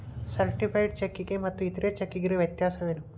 Certified ಚೆಕ್ಕಿಗೆ ಮತ್ತ್ ಇತರೆ ಚೆಕ್ಕಿಗಿರೊ ವ್ಯತ್ಯಸೇನು?